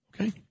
Okay